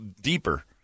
deeper